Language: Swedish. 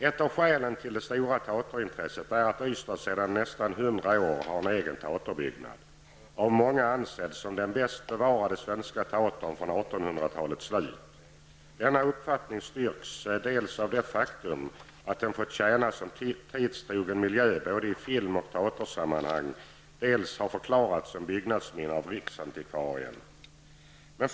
Ett av skälen till det stora teaterintresset är att Ystad sedan nästan 100 år har en egen teaterbyggnad, av många ansedd som den bäst bevarade svenska teatern från 1800-talet slut. Denna uppfattning styrks dels av det faktum att den fått tjäna som tidstrogen miljö i både film och teatersammanhang, dels av att den har förklarats som byggnadsminne av riksantikvarien.